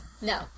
No